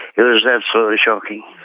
it was absolutely shocking.